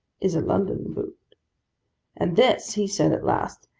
is a london boot and this he said, at last,